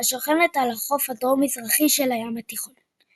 השוכנת על החוף הדרום־מזרחי של הים התיכון.